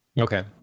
Okay